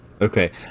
Okay